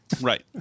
Right